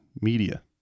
media